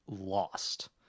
Lost